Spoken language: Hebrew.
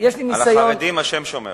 על החרדים השם שומר.